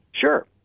Sure